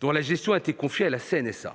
dont la gestion a été confiée à la Caisse